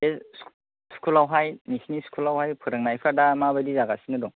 बे स्कुलावहाय नोंसोरनि स्कुलावहाय फोरोंनायफ्रा दा माबादि जागासिनो दं